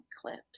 clips